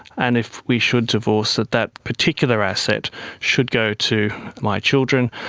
and if we should divorce, that that particular asset should go to my children,